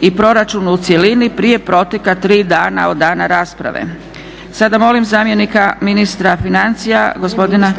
i proračunu u cjelini prije proteka tri dana od dana rasprave. Sada molim zamjenika ministra financija gospodina,